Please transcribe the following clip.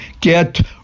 Get